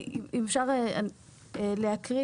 לייצר שותפויות עם חברות של מוניות וככה גם לאמץ את